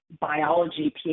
biology